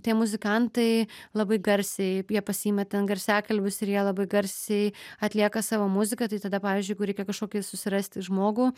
tie muzikantai labai garsiai jie pasiima ten garsiakalbius ir jie labai garsiai atlieka savo muziką tai tada pavyzdžiui jeigu reikia kažkokį susirasti žmogų